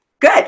Good